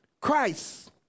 Christ